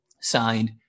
signed